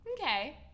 okay